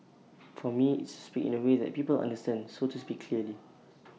for me it's to speak in A way that people understand so to speak clearly